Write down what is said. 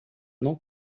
não